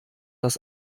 das